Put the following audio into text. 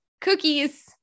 cookies